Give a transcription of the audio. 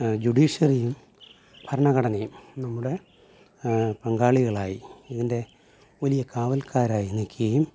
ജുഡീഷ്യറിയും ഭരണഘടനയും നമ്മുടെ പങ്കാളികളായി ഇതിൻ്റെ വലിയ കാവൽക്കാരായി നിക്കും